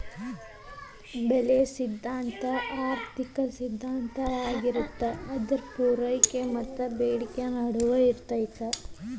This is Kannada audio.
ಬೆಲೆಯ ಸಿದ್ಧಾಂತ ಆರ್ಥಿಕ ಸಿದ್ಧಾಂತವಾಗಿರತ್ತ ಅದ ಪೂರೈಕೆ ಮತ್ತ ಬೇಡಿಕೆಯ ನಡುವಿನ ಸಂಬಂಧನ ಆಧರಿಸಿರ್ತದ